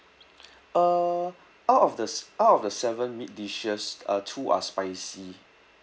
uh out of the s~ out of the seven meat dishes uh two are spicy